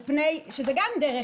שזו גם דרך,